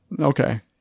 Okay